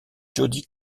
jodi